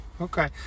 okay